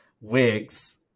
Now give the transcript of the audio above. wigs